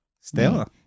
Stella